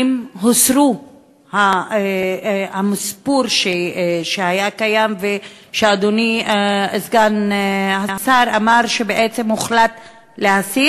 האם הוסר המספור שהיה קיים ושאדוני סגן השר אמר שבעצם הוחלט להסיר?